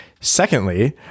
Secondly